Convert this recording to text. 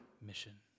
mission